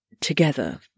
together